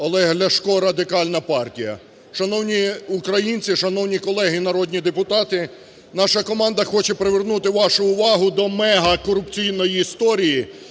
Олег Ляшко, Радикальна па ртія. Шановні українці, шановні колеги народні депутати, наша команда хоче привернути вашу увагу до мегакорупційної історії,